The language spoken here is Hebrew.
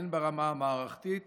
הן ברמה המערכתית